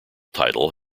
title